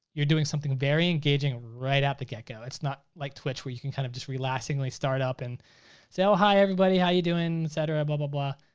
you're doing something very engaging right at the get-go. it's not like twitch, where you can kind of just relaxingly start up and say, oh, hi everybody. how you doing, et cetera, but blah